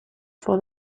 for